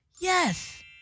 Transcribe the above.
Yes